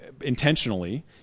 intentionally